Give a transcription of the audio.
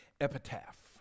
epitaph